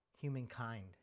humankind